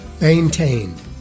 maintained